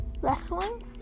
wrestling